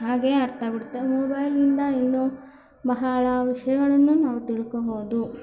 ಹಾಗೆಯೆ ಅರ್ಥಾಗ್ಬಿಡುತ್ತೆ ಮೊಬೈಲಿಂದ ಏನೊ ಬಹಳ ವಿಷಯಗಳನ್ನು ನಾವು ತಿಳ್ಕೋಬೋದು